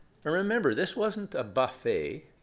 ah remember, this wasn't a buffet.